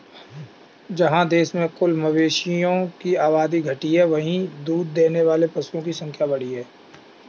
जहाँ देश में कुल मवेशियों की आबादी घटी है, वहीं दूध देने वाले पशुओं की संख्या बढ़ी है